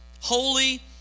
holy